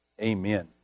Amen